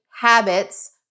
habits